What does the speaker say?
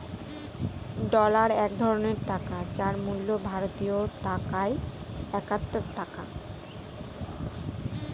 dollar এক ধরনের টাকা যার মূল্য ভারতীয় টাকায় একাত্তর টাকা